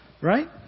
Right